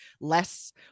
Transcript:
less